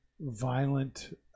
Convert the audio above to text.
violent